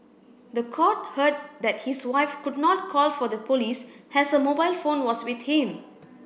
the court heard that his wife could not call for the police as her mobile phone was with him